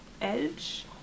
Edge